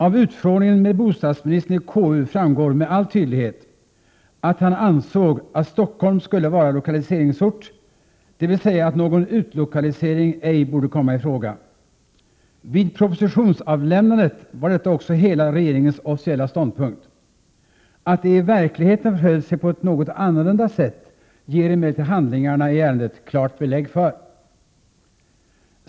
Av utfrågningen med bostadsministern i KU framgår med all tydlighet att han ansåg att Stockholm skulle vara lokaliseringsort, dvs. någon utlokalisering borde ej komma i fråga. Vid propositionsavlämnandet var detta också hela regeringens officiella ståndpunkt. Att det i verkligheten förhöll sig på ett något annorlunda sätt ger emellertid handlingarna i ärendet klart belägg för.